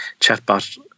chatbot